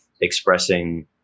expressing